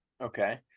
Okay